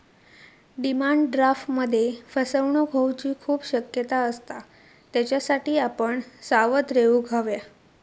demand ड्राफ्टमध्ये फसवणूक होऊची खूप शक्यता असता, त्येच्यासाठी आपण सावध रेव्हूक हव्या